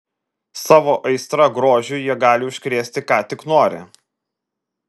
savo aistra grožiui jie gali užkrėsti ką tik nori